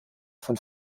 vom